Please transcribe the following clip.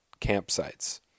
campsites